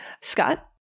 Scott